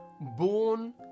Born